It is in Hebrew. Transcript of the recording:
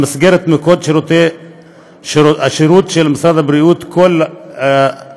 במסגרת מוקד השירות של משרד הבריאות, קול הבריאות.